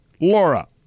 Laura